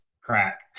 crack